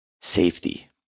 safety